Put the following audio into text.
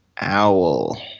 owl